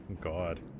God